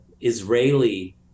Israeli